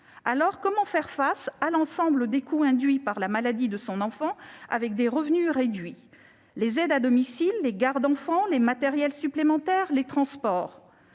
Comment faire face à l'ensemble des coûts induits par la maladie de son enfant avec des revenus réduits- aides à domicile, gardes d'enfants, matériels supplémentaires, transports ?